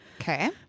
Okay